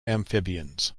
amphibians